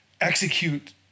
execute